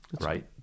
Right